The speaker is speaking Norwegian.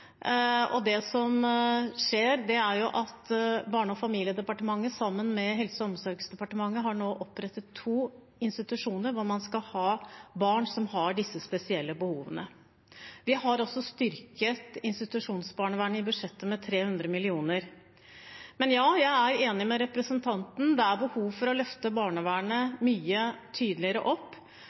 tidligere. Det som skjer, er at Barne- og familiedepartementet sammen med Helse- og omsorgsdepartementet har opprettet to institusjoner hvor man skal ha barn som har disse spesielle behovene. Vi har også styrket institusjonsbarnevernet i budsjettet med 300 mill. kr. Men ja, jeg er enig med representanten i at det er behov for å løfte barnevernet mye tydeligere opp.